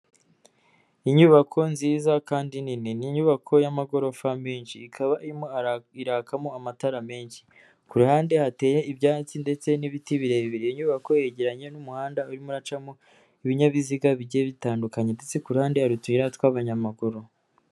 Inyubako nziza kandi nini. Ni inyubako y'amagorofa menshi ikaba irimo irakamo amatara menshi. Kuruhande hateye ibyatsi ndetse n'ibiti birebire iyo nyubako yegeranye n'umuhanda urimo uracamo, ibinyabiziga bigiye bitandukanye ndetse kuruhande hari utuyira tw'abanyamaguru.